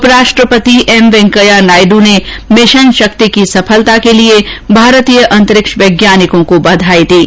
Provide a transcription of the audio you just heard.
उपराष्ट्रपति वेंकैया नायडू ने मिशन शक्ति की सफलता के लिए भारतीय अंतरिक्ष वैज्ञानिकों को बधाई दी है